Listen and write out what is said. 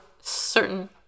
certain